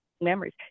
memories